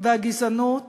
והגזענות